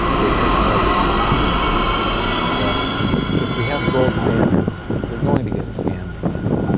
they print more receipts than gold that exists so if we have gold standards, we're going to get scammed again